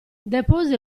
depose